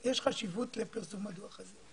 יש חשיבות לפרסום הדוח הזה.